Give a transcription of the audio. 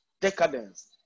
decadence